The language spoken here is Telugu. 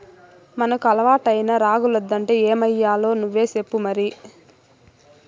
మనకు అలవాటైన రాగులొద్దంటే ఏమయ్యాలో నువ్వే సెప్పు మరి